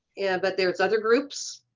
but there's other groups,